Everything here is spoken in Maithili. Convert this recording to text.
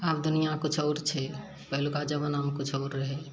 आब दुनियाँ किछु आओर छै पहिलुका जबानामे किछु आओर रहै